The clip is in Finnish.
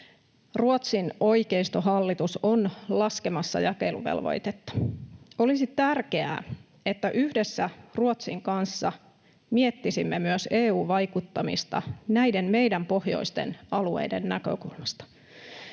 Ruotsin oikeistohallitus on laskemassa jakeluvelvoitetta. Olisi tärkeää, että yhdessä Ruotsin kanssa miettisimme myös EU-vaikuttamista näiden meidän pohjoisten alueiden näkökulmasta.